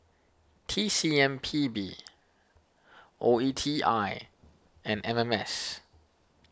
T C M P B O E T I and M M S